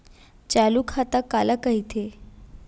चालू खाता काला कहिथे?